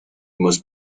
must